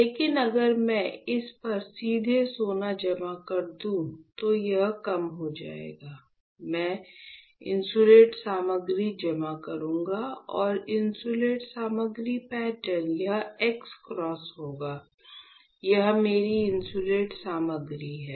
लेकिन अगर मैं इस पर सीधे सोना जमा कर दूं तो यह कम हो जाएगा मैं इन्सुलेट सामग्री जमा करूंगा और यह इन्सुलेट सामग्री पैटर्न यह x क्रॉस होगा यह मेरी इन्सुलेट सामग्री है